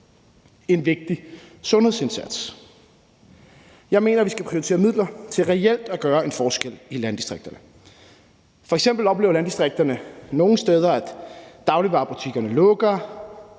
en vigtig sundhedsindsats. Jeg mener, vi skal prioritere midler til reelt at gøre en forskel i landdistrikterne. F.eks. oplever landdistrikterne nogle steder, at dagligvarebutikkerne lukker,